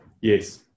Yes